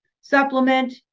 supplement